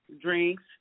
drinks